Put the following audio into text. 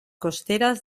costeras